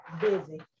busy